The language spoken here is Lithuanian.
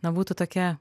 na būtų tokia